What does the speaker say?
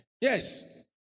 Yes